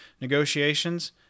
negotiations